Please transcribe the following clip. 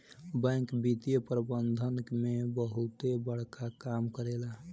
bank वित्तीय प्रबंधन में बहुते बड़का काम करेला